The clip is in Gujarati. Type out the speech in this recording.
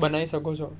બનાવી શકો છો